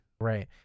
right